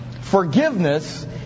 Forgiveness